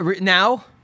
Now